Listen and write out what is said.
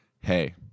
hey